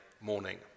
morning